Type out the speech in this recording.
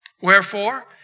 Wherefore